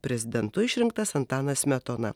prezidentu išrinktas antanas smetona